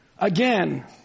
Again